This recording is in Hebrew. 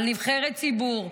על נבחרת ציבור,